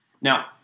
Now